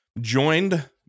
joined